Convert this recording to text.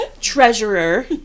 Treasurer